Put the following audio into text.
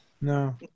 No